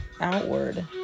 outward